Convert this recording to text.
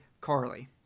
Carly